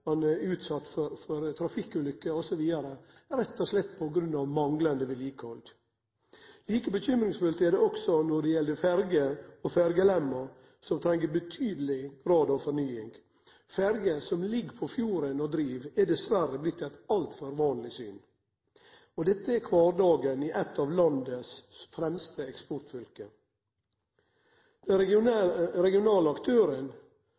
er utsett for trafikkulykker osv., rett og slett på grunn av manglande vedlikehald. Like bekymringsfullt er det også når det gjeld ferje og ferjelemmar som treng ei betydeleg grad av fornying. Ferjer som ligg på fjorden og driv, er dessverre blitt eit altfor vanleg syn. Dette er kvardagen i eit av landets fremste eksportfylke. Den regionale aktøren